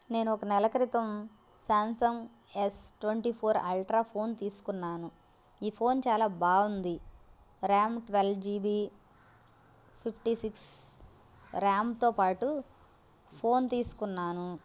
నేను ఒక నెల క్రితం Samsung S twenty four ultra phone తీసుకున్నాను ఈ ఫోన్ చాలా బాగుంది RAM twelve G B fifty six ర్యామ్తో పాటు ఫోన్ తీసుకున్నాను